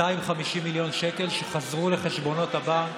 250 מיליון שקל שחזרו לחשבונות הבנק